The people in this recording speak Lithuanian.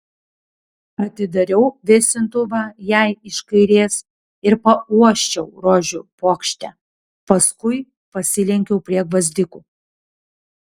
atidariau vėsintuvą jai iš kairės ir pauosčiau rožių puokštę paskui pasilenkiau prie gvazdikų